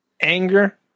anger